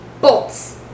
bolts